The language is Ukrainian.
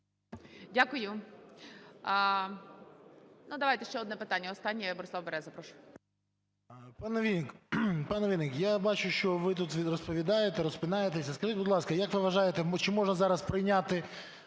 Дякую. Ну, давайте ще одне питання, останнє. Борислав Береза, прошу.